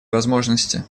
возможности